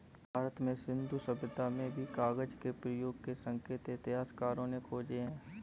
भारत में सिन्धु सभ्यता में भी कागज के प्रयोग के संकेत इतिहासकारों ने खोजे हैं